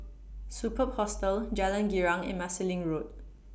Superb Hostel Jalan Girang and Marsiling Road